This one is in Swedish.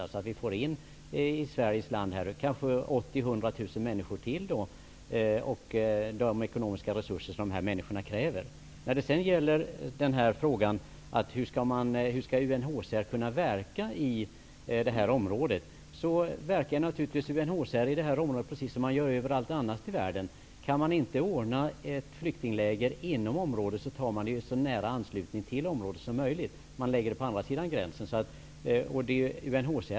Det kan innebära att vi i Sveriges land får in ytterligare 80 000--100 000 människor, med de ekonomiska resurser det kräver. Berith Eriksson tar upp frågan hur UNHCR skall kunna verka i detta område. UNHCR verkar i detta område precis som man gör överallt annars i världen. Om man inte kan ordna ett flyktingläger inom området, gör man det i så nära anslutning till området som möjligt. Man lägger det på andra sidan gränsen.